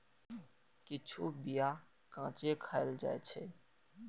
किछु बीया कांचे खाएल जाइ छै